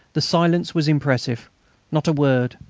the silence was impressive not a word,